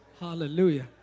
Hallelujah